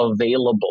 available